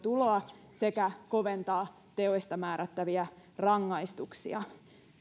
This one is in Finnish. sekä koventaa teoista määrättäviä rangaistuksia